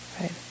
Right